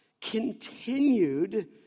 continued